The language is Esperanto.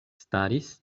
staris